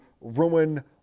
ruin